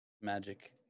magic